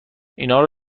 اینارو